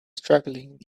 struggling